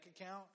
account